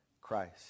Christ